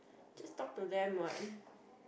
just talk to them what